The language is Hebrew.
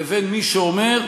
לבין מי שאומר: